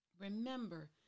remember